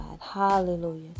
Hallelujah